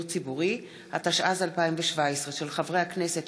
התשע"ז 2017, מאת חבר הכנסת